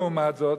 לעומת זאת,